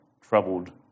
troubled